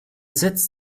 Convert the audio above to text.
setzt